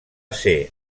ser